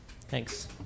Thanks